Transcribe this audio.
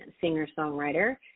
singer-songwriter